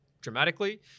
dramatically